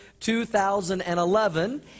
2011